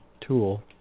tool